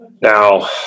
Now